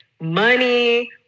money